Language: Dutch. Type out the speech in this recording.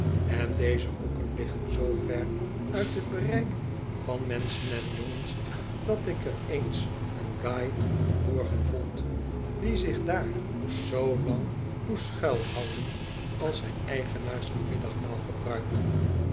en deze hoeken liggen zoo ver uit t bereik van menschen en jongens dat ik er eens een guy ver lor gen vond die zich daar zoo lang moet schuilhouden als zijn eigenaars t middagmaal gebruiken